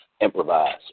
improvise